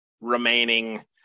remaining